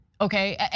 okay